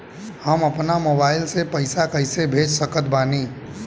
हम अपना मोबाइल से पैसा कैसे भेज सकत बानी?